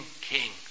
King